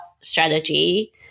strategy